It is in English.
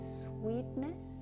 sweetness